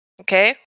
okay